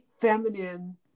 feminine